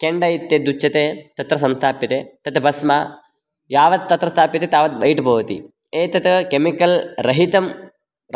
केण्ड इत्यद्युच्यते तत्र संस्थाप्यते तत् भस्मं यावत् तत्र स्थाप्यते तावत् वैट् भवति एतत् केमिकल् रहितं